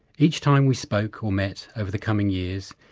each time we spoke or met over the coming years,